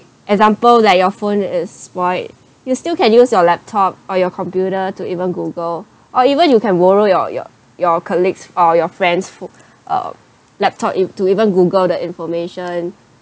example like your phone is spoilt you still can use your laptop or your computer to even google or even you can borrow your your your colleagues or your friend's phone uh laptop it to even google the information